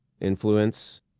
influence